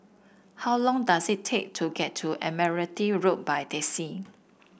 how long does it take to get to Admiralty Road by taxi